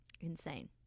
insane